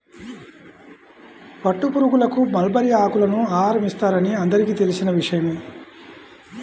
పట్టుపురుగులకు మల్బరీ ఆకులను ఆహారం ఇస్తారని అందరికీ తెలిసిన విషయమే